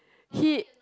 he